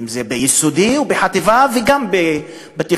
אם ביסודי ואם בחטיבה וגם בתיכון,